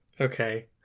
Okay